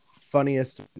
funniest